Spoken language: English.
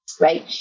right